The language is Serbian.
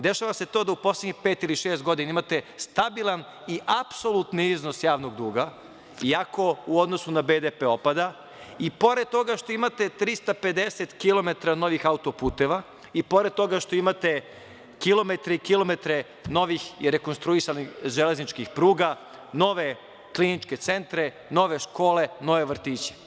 Dešava se to da u poslednjih pet ili šest godina imate stabilan i apsolutni iznos javnog duga, iako u odnosu na BDP opada i pored toga što imate 350 km novih autoputeva i pored toga što imate kilometre i kilometre novih i rekonstruisanih železničkih pruga, nove kliničke centre, nove škole, nove vrtiće.